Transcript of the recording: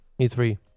E3